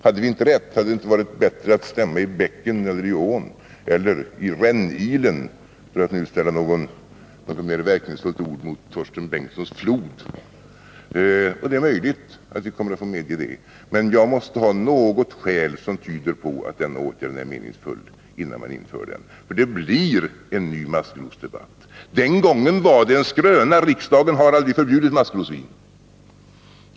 Hade vi inte rätt? Hade det inte varit bättre att stämma i bäcken eller i ån eller i rännilen — för att nu ställa något mer verkningsfullt ord mot Torsten Bengtsons flod? Jag måste ha något skäl som tyder på att åtgärden är meningsfull innan jag röstar för att genomföra den. Det blir en ny maskrosdebatt. Den gången var det en skröna; riksdagen har aldrig förbjudit maskrosvin.